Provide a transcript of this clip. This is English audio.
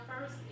first